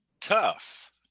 Tough